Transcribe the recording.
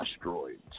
asteroids